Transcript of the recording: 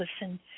listen